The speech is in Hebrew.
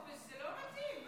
זה לא מתאים.